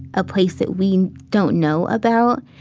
a place that we don't know about,